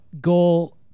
goal